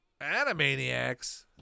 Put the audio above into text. Animaniacs